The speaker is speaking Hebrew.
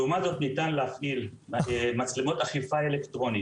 לעומת זאת ניתן להחיל מצלמות אכיפה אלקטרונית